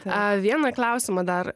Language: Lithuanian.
a vieną klausimą dar